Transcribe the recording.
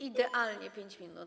Idealnie 5 minut.